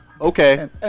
Okay